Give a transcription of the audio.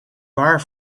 waar